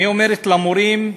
"אני אומרת למורים,